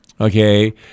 Okay